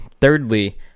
thirdly